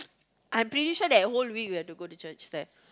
I am pretty sure that whole week we have to go to church there